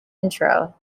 intro